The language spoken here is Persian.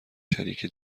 شریک